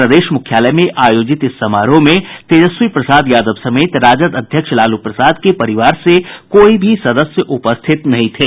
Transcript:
प्रदेश मुख्यालय में आयोजित इस समारोह में तेजस्वी प्रसाद यादव समेत राजद अध्यक्ष लालू प्रसाद के परिवार से कोई भी सदस्य उपस्थित नहीं थे